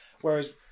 Whereas